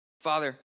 Father